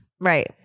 Right